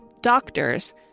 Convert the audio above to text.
doctors